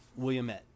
Williamette